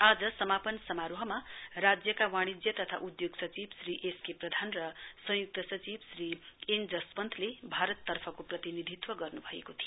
आज समापन समारोहमा राज्यका वाणिज्य तथा उद्घोग सचिव श्री एस के प्रधान र संयुक्त सचिव श्री एन जसवन्तले भारत तर्फको प्रतिनिधित्व गर्नुभएको थियो